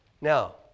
Now